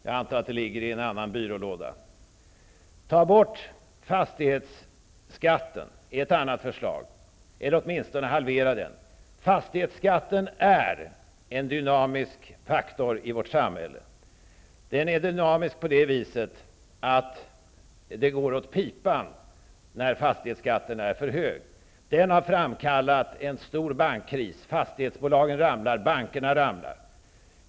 Jag antar att det ligger i någon byrålåda. Ett annat bra förslag är att ta bort fastighetsskatten eller åtminstone halvera den. Fastighetsskatten är en dynamisk faktor i vårt samhälle. Den är dynamisk på det viset att det går åt pipan när fastighetsskatten är för hög. Den har framkallat en stor bankkris: fastighetsbolag och banker ''ramlar''.